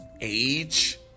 age